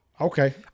Okay